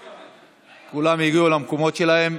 כולם הגיעו למקומות שלהם?